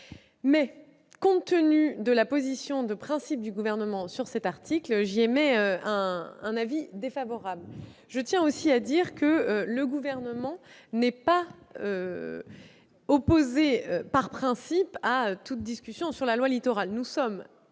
Mais, compte tenu de la position de principe du Gouvernement sur cet article, j'émets un avis défavorable sur cet amendement. Je tiens aussi à dire que le Gouvernement n'est pas opposé par principe à toute discussion sur la loi Littoral. Nous sommes ouverts